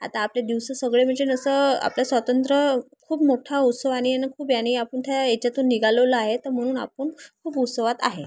आता आपले दिवस सगळे म्हणजे असं आपलं स्वातंत्र्य खूप मोठा उत्सवाने आणि खूप याने आपण त्या याच्यातून निघालेलो आहे तर म्हणून आपण खूप उत्सवात आहे